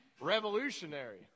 revolutionary